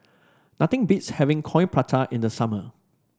nothing beats having Coin Prata in the summer